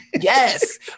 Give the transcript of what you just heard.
yes